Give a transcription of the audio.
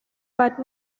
but